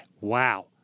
wow